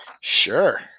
sure